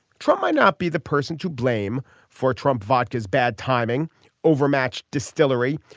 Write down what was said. trump may not be the person to blame for trump vodka is bad timing overmatched distillery.